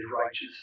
righteous